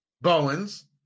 Bowens